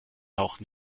taucht